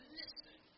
listen